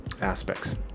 aspects